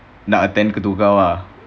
nak attend to kau ah